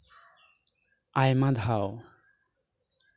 ᱟᱭᱢᱟ ᱫᱷᱟᱣ